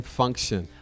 function